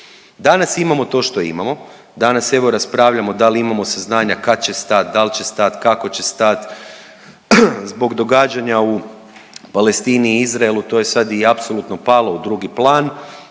Danas imamo to što imamo, danas evo raspravljamo da li imamo saznanja kad će stat, dal će stat, kako će stat zbog događanja u Palestini i Izraelu, to je sad i apsolutno palo u drugi plan.